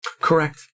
correct